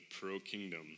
pro-kingdom